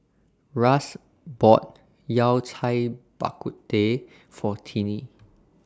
Russ bought Yao Cai Bak Kut Teh For Tiney